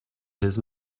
his